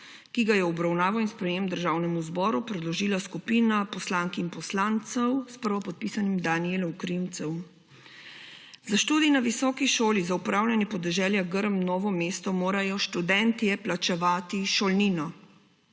ki ga je v obravnavo in sprejetje Državnemu zboru predložila skupina poslank in poslancev s prvopodpisanim Danijelom Krivcem. Za študij na Visoki šoli za upravljanje podeželja Grm Novo mesto morajo študentje plačevati šolnino,